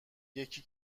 یکی